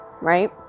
right